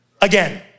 again